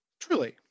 Truly